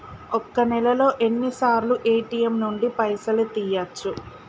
ఒక్క నెలలో ఎన్నిసార్లు ఏ.టి.ఎమ్ నుండి పైసలు తీయచ్చు?